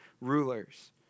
rulers